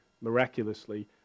miraculously